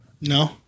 No